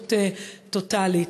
מחויבות טוטלית,